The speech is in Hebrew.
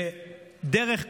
בדרך כלשהי,